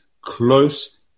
close